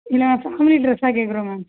இல்லை ma'am family ட்ரெஸ்ஸாக கேட்குறோம் மேம்